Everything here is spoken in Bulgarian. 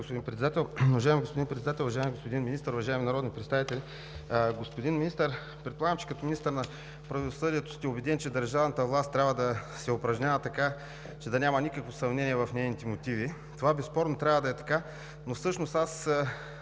Уважаеми господин Председател, уважаеми господин Министър, уважаеми народни представители! Господин Министър, предполагам, че като министър на правосъдието сте убеден, че държавната власт трябва да се упражнява така, че да няма никакво съмнение в нейните мотиви. Това безспорно трябва да е така, но всъщност аз